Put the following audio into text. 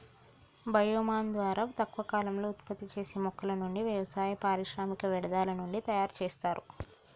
bio mass ద్వారా తక్కువ కాలంలో ఉత్పత్తి చేసే మొక్కల నుండి, వ్యవసాయ, పారిశ్రామిక వ్యర్థాల నుండి తయరు చేస్తారు